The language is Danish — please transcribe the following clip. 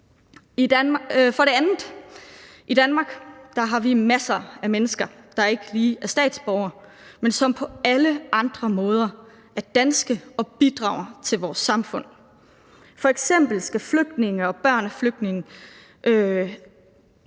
i Danmark masser af mennesker, der ikke lige er danske statsborgere, men som på alle andre måder er danske og bidrager til vores samfund. F.eks. skal flygtninge og børn af flygtninge